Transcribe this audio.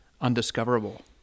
undiscoverable